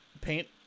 Paint